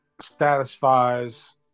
satisfies